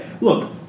look